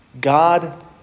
God